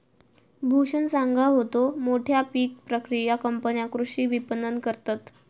भूषण सांगा होतो, मोठ्या पीक प्रक्रिया कंपन्या कृषी विपणन करतत